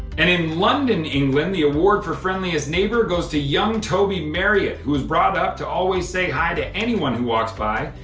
and in london, england, the award for friendliest neighbor goes to young toby marriott, who was brought up to always say hi to anyone who walks by,